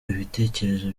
ibitekerezo